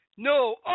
No